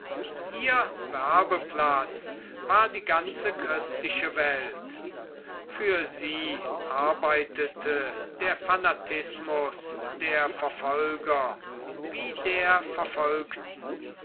ihr werbeplatz war die ganze christliche welt für sie arbeitete der fanatismus der verfolger wie der verfolgten